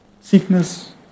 sickness